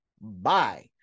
Bye